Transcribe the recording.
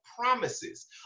promises